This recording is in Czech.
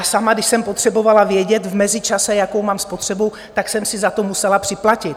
Sama, když jsem potřebovala vědět v mezičase, jakou mám spotřebu, tak jsem si za to musela připlatit.